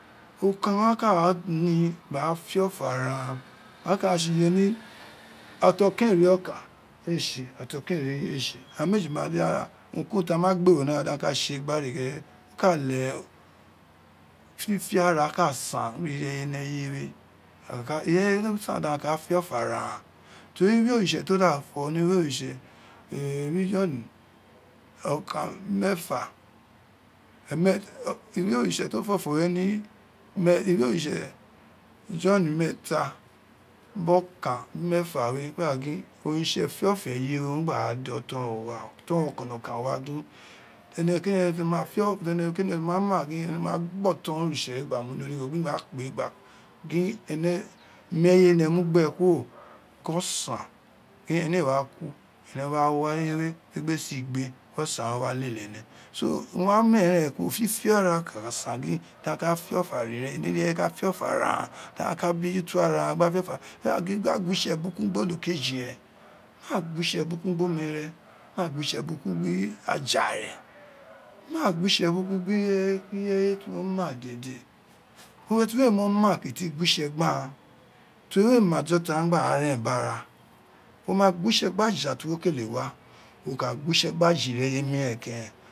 Ukun aghan ka ra ni gba ra fifo ara agha a ghan ku re tse. Yeli ira ti okan ee ri okan ee tse ira ti okan ee ri eyi ee tse aghan meji ma ri ara urun ko urun ti aghan ma gbero ro ni ana daghan ka tse gba re ghere, o ka leghe fifiara o ka san gbi ireye ni eye we, ireye do san da ghan ka fe ofo ara aghan, tori iwe oritse to da to ni iwe oritse ni iwe ifohri okan mefa iwe oritse john meeta bin okan weefo we ka gin oritse do fiofo eye we o gba ra olo oton ro wa, oton ro okonokan ene kene kene to ma gin ene ma gin ene wa gba oton oritse we gba mu ni origho, gin gba kpe gba gin ene mu eye ene mu gbe kuro gin osan gin ene ee wa ku gin ene wa wi eye we gbegbẹregbe si gbe gin osan ro wa lele ene, so wa ma ma eren kuro ku sa gin da ka fiofo ara ireye ti ireye ka fiofo ara aghan da ka bejuto ara aghan gba fiofo ara ghan, dangha gi a daghan gwo itse buraku gbe olokeyi re maa gwi tre burukun gbe ome re re, ma gwitse burukun gbe aja re, ma gwitse burukun gbe ireye ki ireye ti wo ma dede one ti we mo ma kito gwa itse gbe aghan, ten we ma to taghan gba ren gbe ara agha, wo ma gwitse gbe aja ti wo kele wa wo ka gwitse aja ireye miren keren